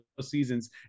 seasons